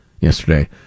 yesterday